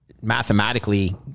mathematically